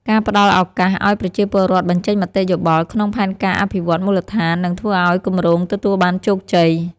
ការផ្តល់ឱកាសឱ្យប្រជាពលរដ្ឋបញ្ចេញមតិយោបល់ក្នុងផែនការអភិវឌ្ឍន៍មូលដ្ឋាននឹងធ្វើឱ្យគម្រោងទទួលបានជោគជ័យ។